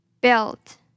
Belt